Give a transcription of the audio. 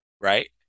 right